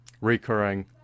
recurring